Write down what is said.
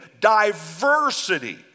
diversity